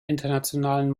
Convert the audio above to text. internationalen